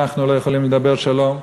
אנחנו לא יכולים לדבר שלום,